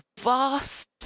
vast